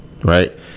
right